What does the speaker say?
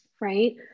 Right